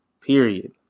Period